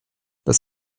das